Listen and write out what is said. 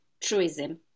truism